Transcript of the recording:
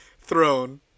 throne